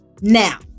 Now